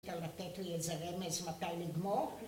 ‫אפשר לתת לי איזה רמז, ‫מתי נגמור?